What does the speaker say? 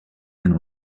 and